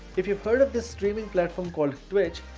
if you've heard of the streaming platform called twitch,